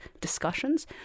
discussions